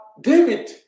David